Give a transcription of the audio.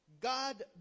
God